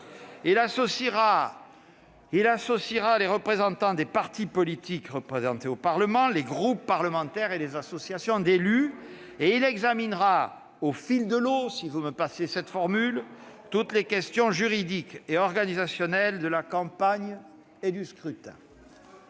Il associera les membres des partis politiques représentés au Parlement, les groupes parlementaires et les associations d'élus. Il examinera, au fil de l'eau, si vous me permettez cette expression, toutes les questions juridiques et organisationnelles de la campagne et du scrutin.